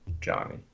Johnny